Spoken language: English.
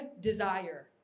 desire